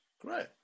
great